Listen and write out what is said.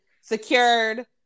secured